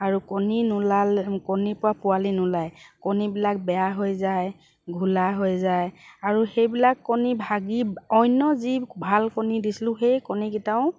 আৰু কণী নোলালে কণীৰ পৰা পোৱালি নোলায় কণীবিলাক বেয়া হৈ যায় ঘোলা হৈ যায় আৰু সেইবিলাক কণী ভাগি অন্য যি ভাল কণী দিছিলোঁ সেই কণীকেইটাও